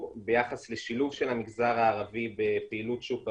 ביחס לשילוב של המגזר הערבי בפעילות שוק ההון.